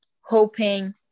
hoping